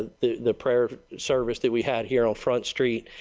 the the prayer service that we had here on front street.